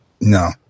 no